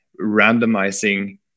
randomizing